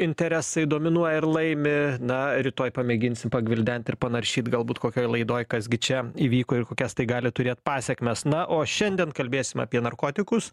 interesai dominuoja ir laimi na rytoj pamėginsim pagvildent ir panaršyt galbūt kokioj laidoj kas gi čia įvyko ir kokias tai gali turėt pasekmes na o šiandien kalbėsime apie narkotikus